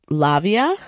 lavia